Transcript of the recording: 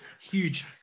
Huge